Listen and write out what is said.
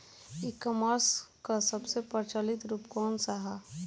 E commerce क सबसे प्रचलित रूप कवन सा ह?